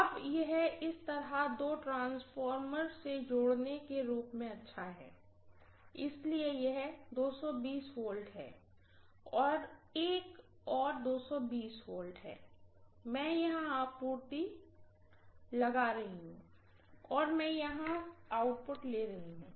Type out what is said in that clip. अब यह इस तरह दो ट्रांसफार्मर से जोड़ने करने के रूप में अच्छा है इसलिए यह 220 V है यह एक और 220 V है मैं यहां आपूर्ति लागू कर रही हूँ और मैं यहां आउटपुट ले रही हूँ